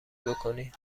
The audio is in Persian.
بکنی